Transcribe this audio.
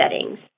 settings